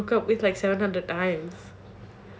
the girl he broke up with like seven hundred times